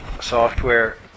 software